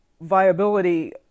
viability